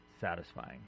satisfying